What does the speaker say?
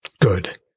Good